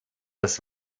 das